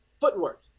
footwork